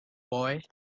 boy